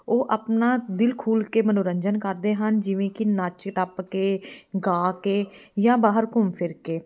ਉਹ ਆਪਣਾ ਦਿਲ ਖੋਲ੍ਹ ਕੇ ਮਨੋਰੰਜਨ ਕਰਦੇ ਹਨ ਜਿਵੇਂ ਕਿ ਨੱਚ ਟੱਪ ਕੇ ਗਾ ਕੇ ਜਾਂ ਬਾਹਰ ਘੁੰਮ ਫਿਰ ਕੇ